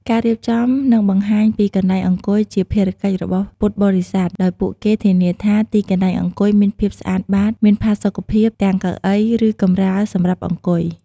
ពុទ្ធបរិស័ទមានតួនាទីក្នុងការរៀបចំ និងនាំយក ទឹកសុទ្ធ ទឹកផ្លែឈើ អាហារសម្រន់ ឬអាហារពេលបរិភោគ ទៅជូនភ្ញៀវ។